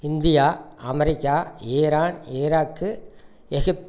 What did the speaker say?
India America Iran Iraq Egypt